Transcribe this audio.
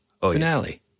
finale